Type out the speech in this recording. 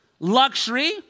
Luxury